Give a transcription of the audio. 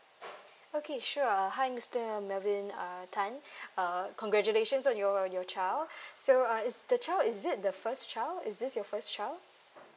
okay sure uh hi mister melvin uh tan uh congratulations on your your child so uh is the child is it the first child is this your first child